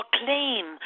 claim